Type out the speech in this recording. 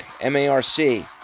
M-A-R-C